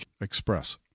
express